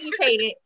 educated